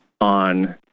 on